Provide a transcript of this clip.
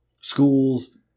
Schools